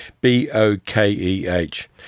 B-O-K-E-H